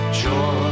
joy